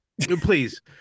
Please